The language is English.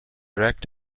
wreck